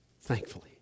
thankfully